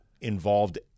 involved